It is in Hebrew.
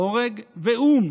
בורג ואום,